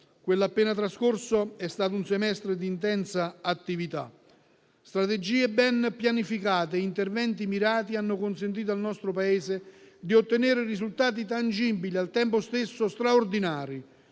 Quello appena trascorso è stato un semestre di intensa attività; strategie ben pianificate e interventi mirati hanno consentito al nostro Paese di ottenere risultati tangibili e, al tempo stesso, straordinari.